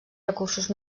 recursos